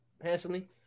Handsomely